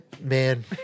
Man